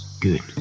Good